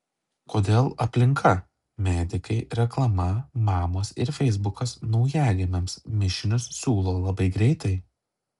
kodėl aplinka medikai reklama mamos ir feisbukas naujagimiams mišinius siūlo labai greitai